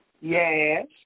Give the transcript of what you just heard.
Yes